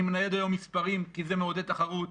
אני מנייד היום מספרים כי זה מעודד תחרות.